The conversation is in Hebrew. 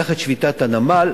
קח את שביתת הנמל.